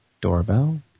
Doorbell